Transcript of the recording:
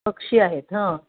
पक्षी आहेत हां